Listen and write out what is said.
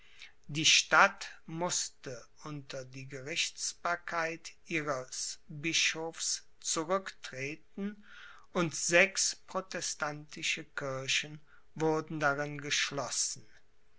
die stadt mußte unter die gerichtsbarkeit ihres bischofs zurücktreten und sechs protestantische kirchen wurden darin geschlossen